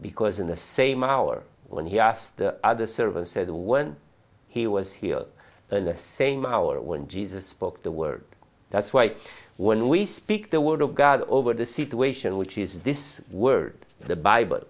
because in the same hour when he asked the other service said when he was here in the same hour when jesus spoke the word that's why when we speak the word of god over the situation which is this word the bible